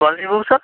کون سی بک سر